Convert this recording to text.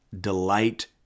delight